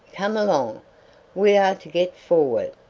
come along we are to get forward.